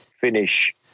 finish